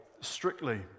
strictly